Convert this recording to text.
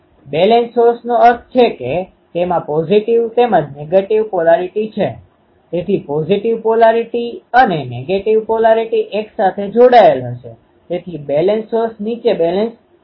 ખરેખર જો તમે તે પેટી ખોલશો તો ખરેખર તે પેટી બીજું કંઈ નહી પરંતુ તે બંધ કરેલી વસ્તુ છે જો તમે પેટી ખોલશો તો ત્યાં એન્ટેના હશે તેઓ પેચ એન્ટેના જેવું કંઈક વાપરે છે પરંતુ તે પેચ એન્ટેનાનો એરે છે